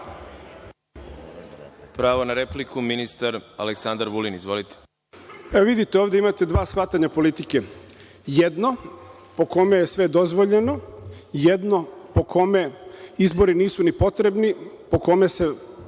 pravo na repliku. Izvolite. **Aleksandar Vulin** Vidite, ovde imate dva shvatanja politike. Jedno po kome je sve dozvoljeno, jedno po kome izbori nisu ni potrebni, po kome se